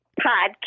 podcast